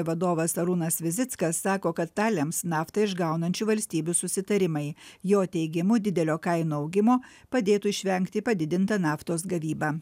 vadovas arūnas vizickas sako kad tą lems naftą išgaunančių valstybių susitarimai jo teigimu didelio kainų augimo padėtų išvengti padidinta naftos gavyba